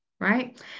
right